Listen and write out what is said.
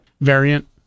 variant